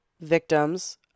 victims